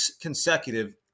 consecutive